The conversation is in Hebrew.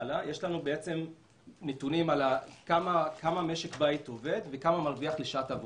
יש לנו נתונים כמה משק בית עובד וכמה מרוויח לשעת עבודה.